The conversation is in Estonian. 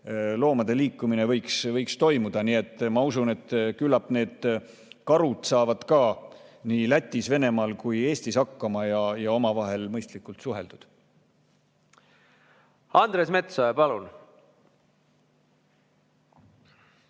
loomade liikumine võiks toimuda. Nii et ma usun, et küllap need karud saavad ka nii Lätis, Venemaal kui ka Eestis hakkama ja omavahel mõistlikult suheldud. Andres Metsoja, palun!